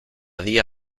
día